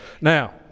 Now